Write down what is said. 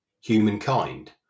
humankind